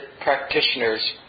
practitioners